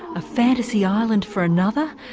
a fantasy island for another,